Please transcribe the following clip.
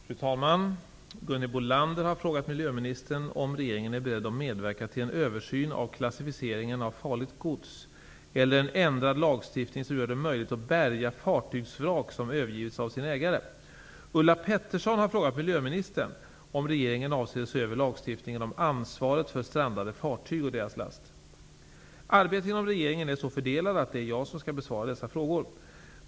Fru talman! Gunhild Bolander har frågat miljöministern om regeringen är beredd att medverka till en översyn av klassificeringen av farligt gods eller en ändrad lagstiftning som gör det möjligt att bärga fartygsvrak som övergivits av sin ägare. Arbetet inom regeringen är så fördelat att det är jag som skall besvara dessa frågor.